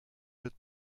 wird